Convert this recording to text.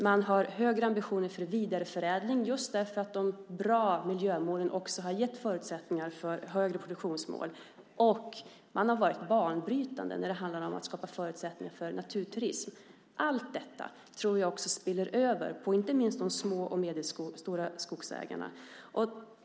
Man har högre ambitioner för vidareförädling just därför att de bra miljömålen har gett förutsättningar för högre produktionsmål. Man har varit banbrytande när det handlar om att skapa förutsättningar för naturturism. Allt detta tror jag också spiller över på inte minst de små och medelstora skogsägarna.